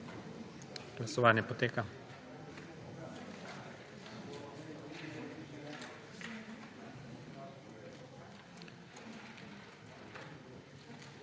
Glasovanje poteka.